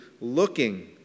looking